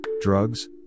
drugs